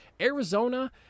Arizona